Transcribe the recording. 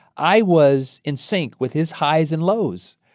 i was in sync with his highs and lows.